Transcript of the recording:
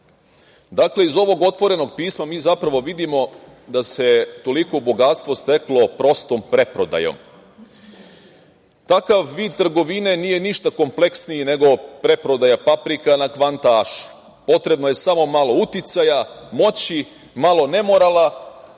iz ovog otvorenog pisma vidimo da se toliko bogatstvo steklo prostom preprodajom. Takav vid trgovine nije ništa kompleksniji nego preprodaja paprika na Kvantašu. Potrebno je samo malo uticaja, moći, malo nemorala,